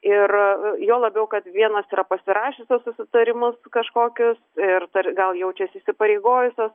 ir juo labiau kad vienos yra pasirašiusios susitarimus kažkokius ir dar gal jaučiasi įsipareigojusios